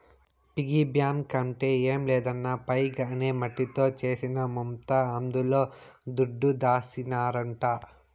piggy bank అంటే ఏం లేదన్నా పైగ్ అనే మట్టితో చేసిన ముంత అందుల దుడ్డు దాసినారంట